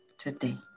Today